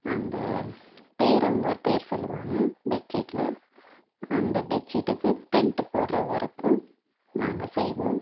அந்த பேர் அவங்க ஒரு பேர் சொல்வாங்க பெட் சீட்டில் அந்த பெட் சீட்டுக்கு ப்ரிண்டு போடுற ஒர்க்கும் நாங்கள் செய்வோம்